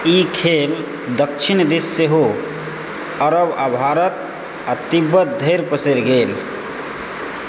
ई खेल दक्षिण दिस सेहो अरब आ भारत आ तिब्बत धरि पसरि गेल